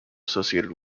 associated